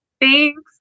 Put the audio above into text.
Thanks